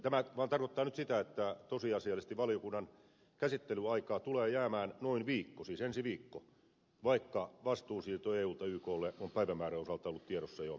tämä vaan tarkoittaa nyt sitä että tosiasiallisesti valiokunnan käsittelyaikaa tulee jäämään noin viikko siis ensi viikko vaikka vastuun siirto eulta yklle on päivämäärän osalta ollut tiedossa jo pitkään